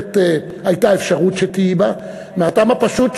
שבהחלט הייתה אפשרות שתהיי בה מהטעם הפשוט,